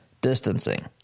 distancing